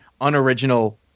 unoriginal